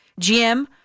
GM